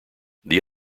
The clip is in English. this